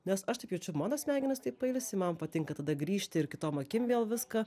nes aš taip jaučiu mano smegenys taip pailsi man patinka tada grįžti ir kitom akim vėl viską